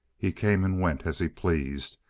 he came and went as he pleased,